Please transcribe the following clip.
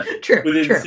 true